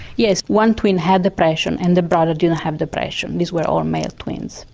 yes, one twin had depression and the brother didn't have depression these were all male twins.